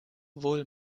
wohl